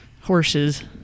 Horses